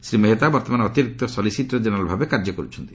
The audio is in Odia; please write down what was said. ଶ୍ରୀ ମେହେତା ବର୍ତ୍ତମାନ ଅତିରିକ୍ତ ସଲିସିଟର ଜେନେରାଲଭାବେ କାର୍ଯ୍ୟ କରୁଛନ୍ତି